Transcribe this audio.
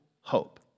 hope